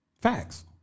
Facts